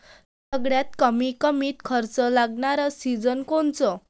सगळ्यात कमीत कमी खर्च लागनारं सिंचन कोनचं?